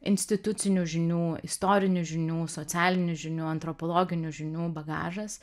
institucinių žinių istorinių žinių socialinių žinių antropologinių žinių bagažas